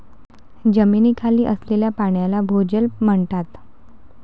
जमिनीखाली असलेल्या पाण्याला भोजल म्हणतात